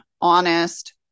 honest